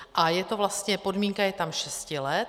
A je to vlastně, podmínka je tam šesti let.